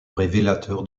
révélateur